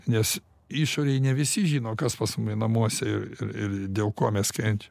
nes išorėj ne visi žino kas pas mumi namuose ir dėl ko mes kenčiam